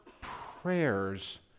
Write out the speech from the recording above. prayers